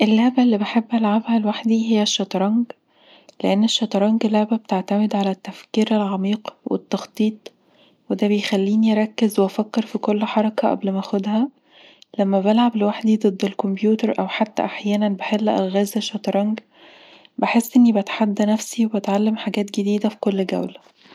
اللعبة اللي بحب ألعبها لوحدي هي الشطرنج. لأن الشطرنج لعبة بتعتمد على التفكير العميق والتخطيط، وده بيخليني أركز وأفكر في كل حركة قبل ما أخدها. لما بلعب لوحدي ضد الكمبيوتر أو حتى أحيانًا بحل ألغاز الشطرنج، بحس إني بتحدى نفسي وبتعلم حاجات جديدة في كل جولة